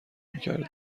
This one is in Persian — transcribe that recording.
میکردم